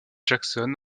jackson